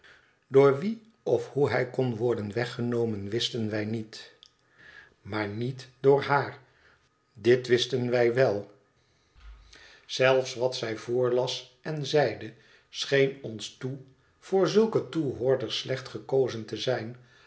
door wien of hoehij kon worden weggenomen wisten wij niet maar niet door haar dit wisten wij wel zelfs wat zij voorlas en zeide scheen ons toe voor zulke toehoorders slecht gekozen te zijn